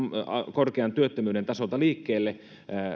korkean työttömyyden tasolta liikkeelle